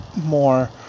more